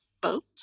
boat